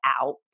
out